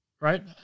right